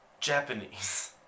Japanese